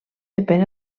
depèn